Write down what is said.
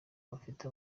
bafite